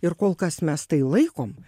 ir kol kas mes tai laikom